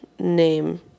name